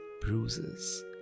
bruises